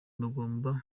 bagomba